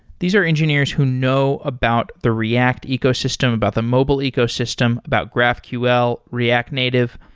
these are engineers who know about the react ecosystem, about the mobile ecosystem, about graphql, react native.